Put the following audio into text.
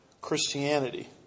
Christianity